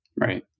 Right